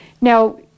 Now